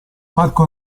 parco